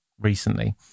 recently